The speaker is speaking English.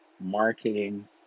marketing